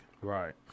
Right